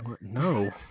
no